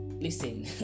listen